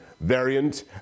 variant